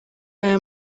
aya